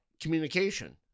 communication